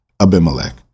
Abimelech